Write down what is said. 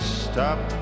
stop